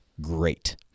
great